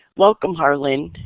welcome, harlan.